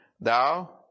Thou